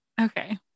okay